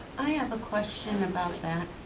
i have a question about that.